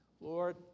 Lord